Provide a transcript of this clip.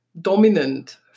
dominant